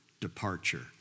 departure